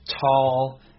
tall